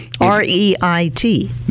R-E-I-T